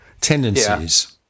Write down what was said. tendencies